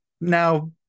Now